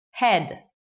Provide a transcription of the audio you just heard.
Head